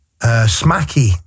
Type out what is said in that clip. smacky